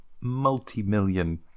multi-million